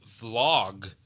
vlog